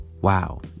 Wow